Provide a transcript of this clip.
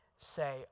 say